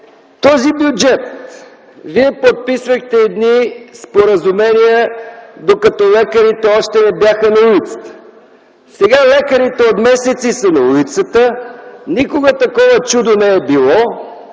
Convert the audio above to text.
този бюджет, вие подписвахте едни споразумения, докато лекарите още не бяха на улицата! Лекарите от месеци са на улицата, никога такова чудо не е било